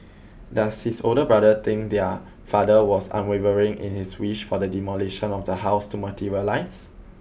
does his older brother think their father was unwavering in his wish for the demolition of the house to materialise